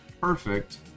perfect